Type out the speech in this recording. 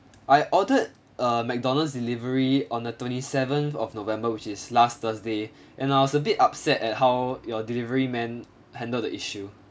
I ordered a McDonald's delivery on the twenty seventh of november which is last thursday and I was a bit upset at how your delivery man handle the issue